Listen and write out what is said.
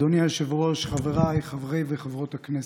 אדוני היושב-ראש, חבריי חברי וחברות הכנסת,